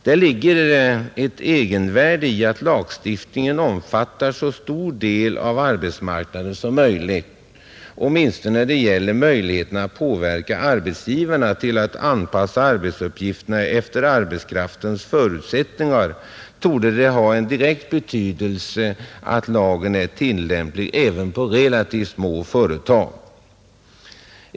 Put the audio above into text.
Det ligger ett egenvärde i att lagstiftningen omfattar så stor del av arbetsmarknaden som möjligt. Åtminstone när det gäller möjligheten att påverka arbetsgivarna till att anpassa arbetsuppgifterna till arbetskraftens förutsättningar torde det ha en direkt betydelse att lagen är tillämplig även på relativt små företag.